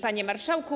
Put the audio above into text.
Panie Marszałku!